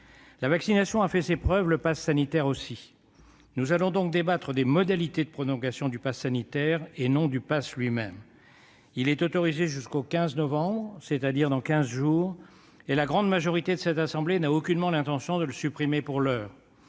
dernière a fait ses preuves, le passe sanitaire aussi. Nous allons donc débattre des modalités de prolongation du passe sanitaire, et non du dispositif lui-même. Le passe est autorisé jusqu'au 15 novembre, c'est-à-dire dans quinze jours, et la grande majorité de cette assemblée n'a aucunement l'intention, pour l'heure,